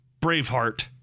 Braveheart